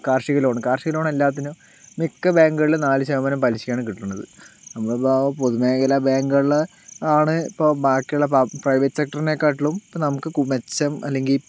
കാർഷിക ലോണ് കാർഷിക ലോൺ എല്ലാത്തിനും മിക്ക ബാങ്കുകളിലും നാല് ശതമാനം പലിശയാണ് കിട്ടണത് നമ്മളിപ്പോൾ പൊതുമേഖല ബാങ്കുകളില് ആണ് ഇപ്പോൾ ബാക്കിയുള്ള ഇപ്പോൾ പ്രൈവറ്റ് സെക്ടറിനേക്കാട്ടിലും ഇപ്പോൾ നമുക്ക് മിച്ചം അല്ലെങ്കിൽ